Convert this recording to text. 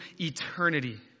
eternity